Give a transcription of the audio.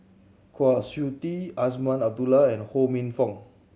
Kwa Siew Tee Azman Abdullah and Ho Minfong